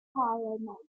carlo